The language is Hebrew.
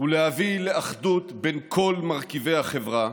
ולהביא לאחדות בין כל מרכיבי החברה,